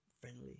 friendly